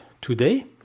today